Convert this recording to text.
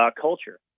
culture